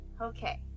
Okay